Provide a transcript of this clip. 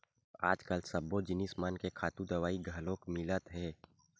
आजकाल सब्बो जिनिस मन के खातू दवई घलोक मिलत हे